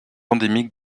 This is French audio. endémique